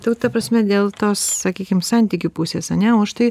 tu ta prasme dėl tos sakykim santykių pusės ane o aš tai